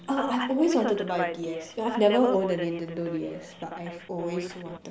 oh I've always wanted to buy a D_S I've never owned a Nintendo-D_S but I've always wanted